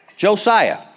Josiah